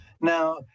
Now